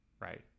right